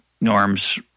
norms